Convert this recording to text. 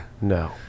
No